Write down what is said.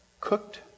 cooked